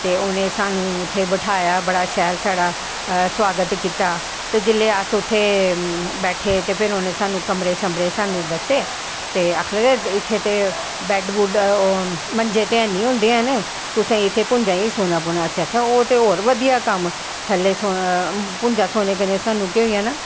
ते उनैं उत्थें साह्नू बठाया बड़ा शैल साढ़ा स्वागत कीता ते जिसलै अस उत्थें बैठे ते फिर उनोें उत्थें साह्नू कमरे शमरे दस्से ते आक्खन लगे इत्थें ते बैड बुड्ड मंजे दे ऐनी होंदे हैन तुसें इत्थें भुञां गै सौना पौनां ऐ असैं आक्खेआ ओह् तो होर बदियै कम्म थल्ले पुञां सौनें कन्नैं साह्नू केह् होई जाना